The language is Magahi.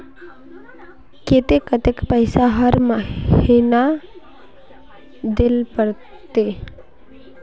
केते कतेक पैसा हर महीना देल पड़ते?